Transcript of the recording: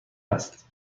است